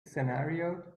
scenario